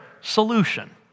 solution